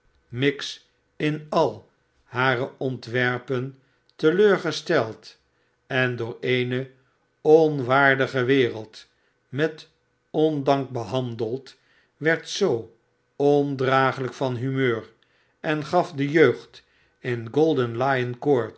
miggs in al hare ontwerpen te leur gesteld en door eene onwaardige wereld met ondank behandeld werd zoo ondragelijk van humeur en gaf de jeugd in golden lion court